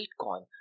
Bitcoin